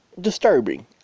disturbing